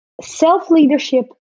self-leadership